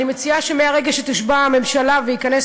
אני מציעה שמהרגע שתושבע הממשלה וייכנס